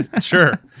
Sure